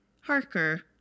Harker